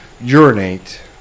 urinate